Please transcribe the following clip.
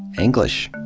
english.